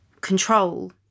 control